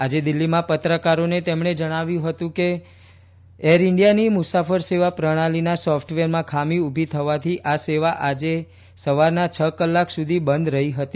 આજે દીલ્હીમાં પત્રકારોને તેમક્ષે જજ્ઞાવ્યું હતું કે એર ઇન્ડિયાની મુસાફર સેવા પ્રજ્ઞાલીના સોફટવેરમાં ખામી ઉભી થવાથી આ સેવા આજે સવારના છ કલાક સુધી બંધ રહી હતી